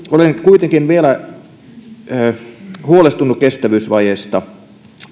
olen kuitenkin vielä huolestunut kestävyysvajeesta